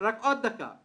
רק עוד דקה,